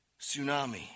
Tsunami